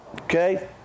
okay